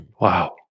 Wow